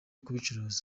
kubicuruza